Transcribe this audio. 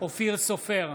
אופיר סופר,